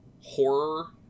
horror